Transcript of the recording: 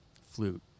flute